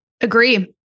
Agree